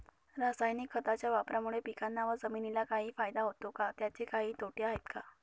रासायनिक खताच्या वापरामुळे पिकांना व जमिनीला काही फायदा होतो का? त्याचे काही तोटे आहेत का?